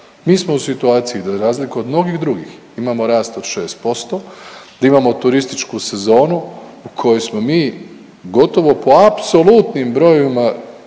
mi smo u situaciji za razliku od mnogih drugih imamo rast od 6%, da imamo turističku sezonu u kojoj smo mi gotovo po apsolutnim brojevima